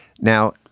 Now